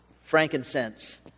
frankincense